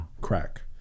crack